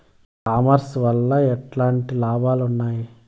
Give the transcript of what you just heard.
ఈ కామర్స్ వల్ల ఎట్లాంటి లాభాలు ఉన్నాయి?